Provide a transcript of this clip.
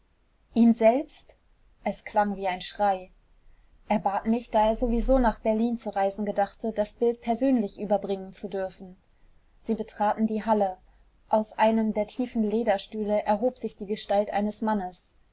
ihm selbst es klang wie ein schrei er bat mich da er sowieso nach berlin zu reisen gedachte das bild persönlich überbringen zu dürfen sie betraten die halle aus einem der tiefen lederstühle erhob sich die gestalt eines mannes